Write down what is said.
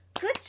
Good